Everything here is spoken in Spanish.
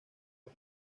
por